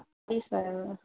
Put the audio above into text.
ત્રીસ વાળું